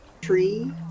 tree